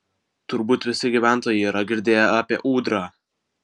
turbūt visi gyventojai yra girdėję apie ūdrą